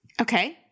Okay